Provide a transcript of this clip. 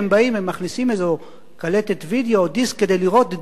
הם מכניסים איזו קלטת וידיאו או דיסק כדי לראות D9,